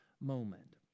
moment